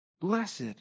blessed